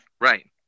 right